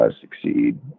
succeed